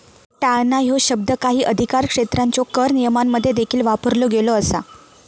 टाळणा ह्यो शब्द काही अधिकारक्षेत्रांच्यो कर नियमांमध्ये देखील वापरलो गेलो असा